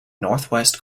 northwest